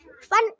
Fun